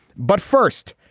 but first,